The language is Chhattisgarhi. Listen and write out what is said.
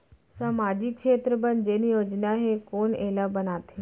सामाजिक क्षेत्र बर जेन योजना हे कोन एला बनाथे?